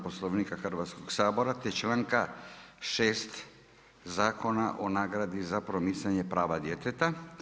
Poslovnika Hrvatskog sabora te članka 6. Zakona o nagradi za promicanje prava djeteta.